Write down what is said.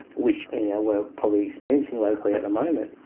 which we're probably experiencing locally at the moment.